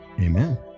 Amen